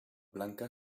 blanca